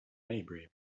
maybury